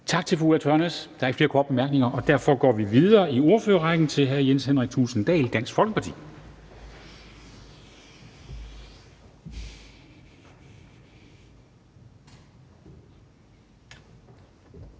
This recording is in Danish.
Tak til fru Ulla Tørnæs. Der er ikke flere korte bemærkninger, og derfor går vi videre i ordførerrækken til hr. Jens Henrik Thulesen Dahl, Dansk Folkeparti.